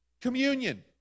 Communion